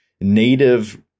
native